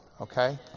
okay